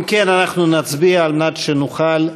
אם כן, אנחנו נצביע על מנת שנוכל להירשם,